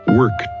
work